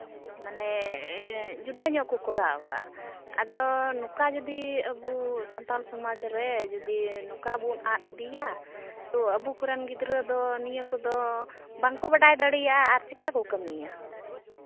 ᱢᱟᱱᱮ ᱡᱩᱫᱟᱹ ᱧᱚᱜ ᱠᱚ ᱠᱚᱨᱟᱣᱫᱟ ᱟᱫᱚ ᱱᱚᱝᱠᱟ ᱡᱩᱫᱤ ᱟᱵᱚ ᱥᱟᱱᱛᱟᱞ ᱥᱚᱢᱟᱡᱽ ᱨᱮ ᱡᱩᱫᱤ ᱱᱚᱝᱠᱟ ᱵᱚᱱ ᱟᱫ ᱤᱫᱤᱭᱟ ᱛᱳ ᱟᱵᱚ ᱠᱚᱨᱮᱱ ᱜᱤᱫᱽᱨᱟᱹ ᱫᱚ ᱱᱤᱭᱟᱹ ᱠᱚᱫᱚ ᱵᱟᱝᱠᱚ ᱵᱟᱰᱟᱭ ᱫᱟᱲᱮᱭᱟᱜᱼᱟ ᱟᱨ ᱪᱮᱠᱟ ᱠᱚ ᱠᱟᱹᱢᱤᱭᱟ